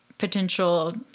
potential